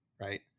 Right